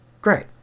Great